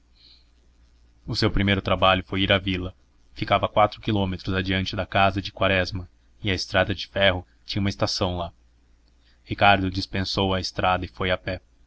o seu primeiro trabalho foi ir à vila ficava a quatro quilômetros adiante da casa de quaresma e a estrada de ferro tinha uma estação lá ricardo dispensou a estrada e foi a pé